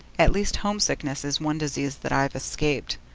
at least homesickness is one disease that i've escaped!